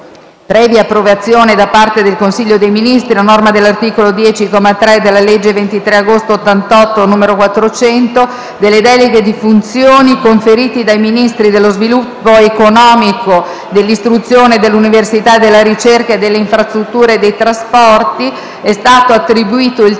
previa approvazione da parte del Consiglio dei Ministri, a norma dell'articolo 10, comma 3, della legge 23 agosto 1988, n. 400, delle deleghe di funzioni conferite dai Ministri dello sviluppo economico, dell'istruzione, dell'università e della ricerca e delle infrastrutture e dei trasporti, è stato attribuito il